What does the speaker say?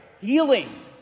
healing